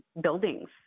buildings